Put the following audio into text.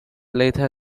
later